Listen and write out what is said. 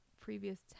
previous